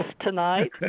tonight